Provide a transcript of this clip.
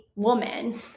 woman